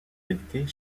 éditées